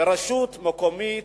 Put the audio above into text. ורשות מקומית,